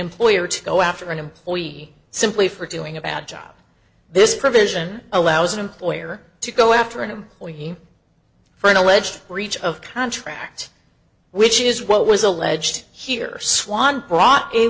employer to go after an employee simply for doing a bad job this provision allows an employer to go after him or him for an alleged breach of contract which is what was alleged here swan brought a